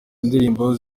indirimbo